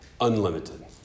unlimited